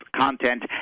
content